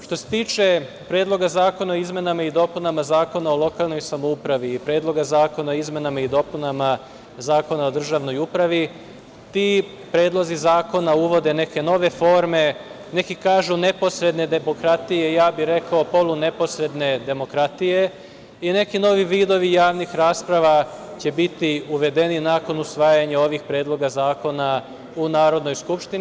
Što se tiče Predloga zakona o izmenama i dopunama Zakona o lokalnoj samoupravi i Predloga zakona o izmenama i dopunama Zakona o državnoj upravi, ti predlozi zakona uvode neke nove forme, neki kažu neposredne demokratije, ja bi rekao polu neposredne demokratije i neki novi vidovi javnih rasprava će biti uvedeni nakon usvajanja ovih predloga zakona u Narodnoj skupštini.